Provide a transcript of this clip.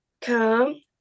come